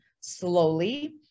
slowly